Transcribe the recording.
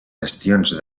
gestions